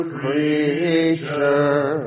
creature